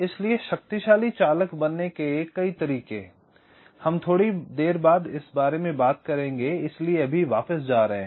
इसलिए शक्तिशाली चालक बनाने के कई तरीके हैं हम थोड़ी देर बाद इस बारे में बात करेंगे इसलिए वापस जा रहे हैं